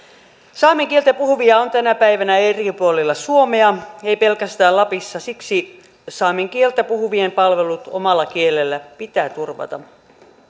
saamen kieltä puhuvia on tänä päivänä eri puolilla suomea ei pelkästään lapissa siksi saamen kieltä puhuvien palvelut omalla kielellä pitää turvata